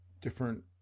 different